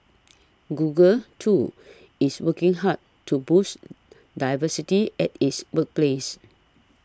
Google too is working hard to boost diversity at its workplace